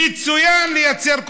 מצוין בלייצר כותרות.